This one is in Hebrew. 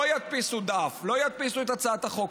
לא ידפיסו דף, לא ידפיסו את הצעת החוק.